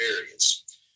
areas